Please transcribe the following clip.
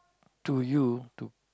to you to